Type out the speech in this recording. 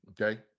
Okay